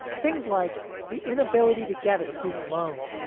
things like the inability to get a student loan,